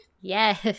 Yes